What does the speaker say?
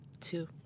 Two